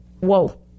Whoa